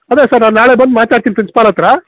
ಅದೆ ಸರ್ ನಾ ನಾಳೆ ಬಂದ್ ಮಾತಾಡ್ತಿನ್ ಪ್ರಿನ್ಸಿಪಾಲ್ ಹತ್ರ